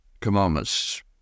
commandments